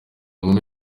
nkumi